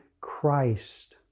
Christ